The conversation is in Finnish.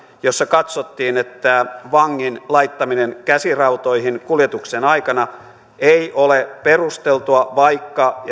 jossa katsottiin että vangin laittaminen käsirautoihin kuljetuksen aikana ei ole perusteltua vaikka